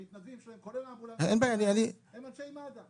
המתנדבים שלהם כולל האמבולנסים הם אנשי מד"א.